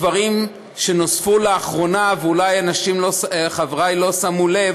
דברים שנוספו לאחרונה ואולי חברי לא שמו לב,